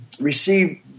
receive